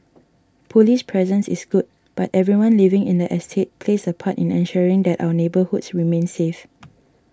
police presence is good but everyone living in the estate plays a part in ensuring that our neighbourhoods remain safe